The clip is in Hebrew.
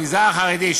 במגזר החרדי,